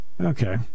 Okay